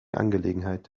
angelegenheit